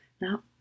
Now